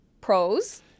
pros